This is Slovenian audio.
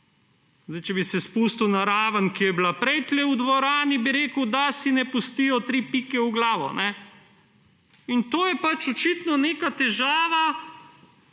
glavo. Če bi se spustil na raven, ki je bila prej tu v dvorani, bi rekel, da se ne pustijo … v glavo. In to je pač očitno neka težava,